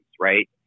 right